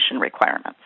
requirements